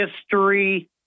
history